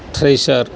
thresher